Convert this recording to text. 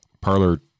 parlor